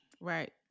Right